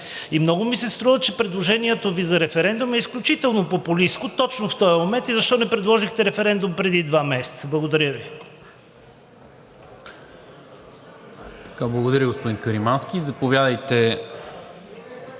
Струва ми се, че предложението Ви за референдум е изключително популистко точно в този момент и защо не предложихте референдум преди два месеца? Благодаря Ви.